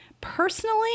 Personally